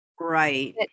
Right